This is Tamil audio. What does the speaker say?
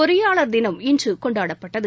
பொறியாளர் தினம் இன்றுடகொண்டாடப்பட்டது